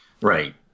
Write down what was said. Right